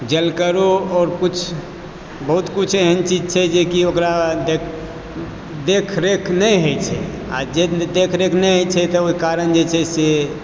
जलकरो आओर किछु बहुत किछु एहन चीज छै जेकि ओकरा देखरेख नहि होइ छै आओर जे देखरेख नहि होइ छै तऽ ओहि कारण जे छै से